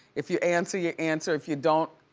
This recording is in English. if you answer, you answer, if you don't,